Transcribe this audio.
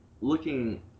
looking